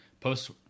post